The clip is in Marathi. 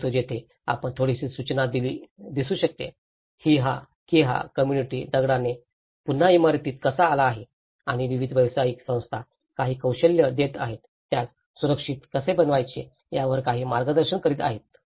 परंतु येथे आपणास थोडीशी सूचना दिसू शकते की हा कॉम्युनिटी दगडाने पुन्हा इमारतीत कसा आला आहे आणि विविध व्यावसायिक संस्था काही कौशल्य देत आहेत त्यास सुरक्षित कसे बनवायचे यावर काही मार्गदर्शन करीत आहे